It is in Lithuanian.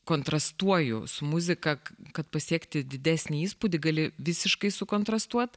kontrastuoju su muzika kad pasiekti didesnį įspūdį gali visiškai sukontrastuot